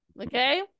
Okay